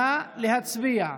נא להצביע.